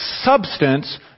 substance